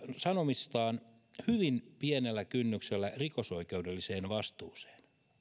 sanomisistaan hyvin pienellä kynnyksellä rikosoikeudelliseen vastuuseen